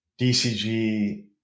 DCG